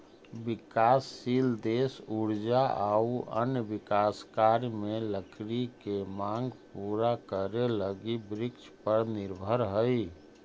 विकासशील देश ऊर्जा आउ अन्य विकास कार्य में लकड़ी के माँग पूरा करे लगी वृक्षपर निर्भर हइ